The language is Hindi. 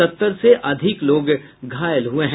सत्तर से अधिक लोग घायल हुये हैं